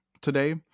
today